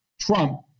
Trump